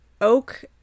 Oak